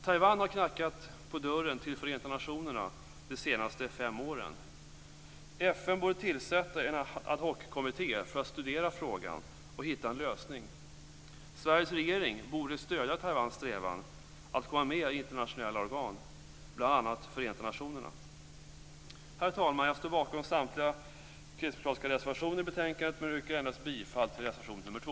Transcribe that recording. Taiwan har knackat på dörren till Förenta nationerna de senaste fem åren. FN borde tillsätta en ad hoc-kommitté för att studera frågan och hitta en lösning. Sveriges regering borde stödja Taiwans strävan att komma med i internationella organ, bl.a. i Förenta nationerna. Herr talman! Jag står bakom samtliga kristdemokratiska reservationer i betänkandet men yrkar endast bifall till reservation nr 2.